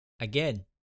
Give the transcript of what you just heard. Again